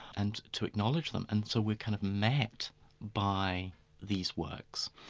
and to acknowledge them, and so we're kind of met by these works.